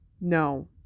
No